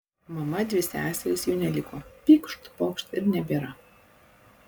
mama dvi seserys jų neliko pykšt pokšt ir nebėra